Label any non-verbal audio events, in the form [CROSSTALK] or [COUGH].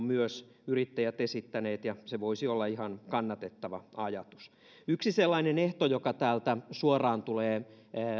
[UNINTELLIGIBLE] myös yrittäjät esittäneet ja se voisi olla ihan kannatettava ajatus yksi sellainen ehto joka täältä suoraan tulee